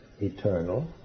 eternal